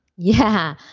yeah.